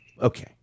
Okay